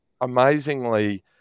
amazingly